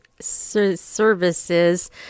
services